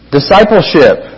Discipleship